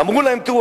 אמרו להם: תראו,